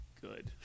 good